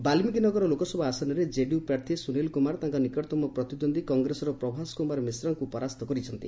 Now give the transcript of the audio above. ବାଲ୍ଲିକୀନଗର ଲୋକସଭା ଆସନରେ କେଡିୟୁ ପ୍ରାର୍ଥୀ ସୁନିଲ୍ କୁମାର ତାଙ୍କ ନିକଟତମ ପ୍ରତିଦ୍ୱନ୍ଦ୍ୱୀ କଂଗ୍ରେସର ପ୍ରଭାସ କୁମାର ମିଶ୍ରାଙ୍କୁ ପରାସ୍ତ କରିଛନ୍ତି